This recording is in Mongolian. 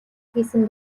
хийсэн